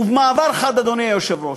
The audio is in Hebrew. ובמעבר חד, אדוני היושב-ראש,